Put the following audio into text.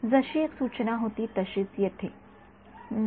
जशी एक सूचना होती तशीच येथे अं